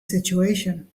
situation